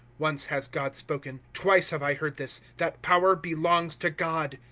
once has god spoken. twice have i heard this. that power belongs to god.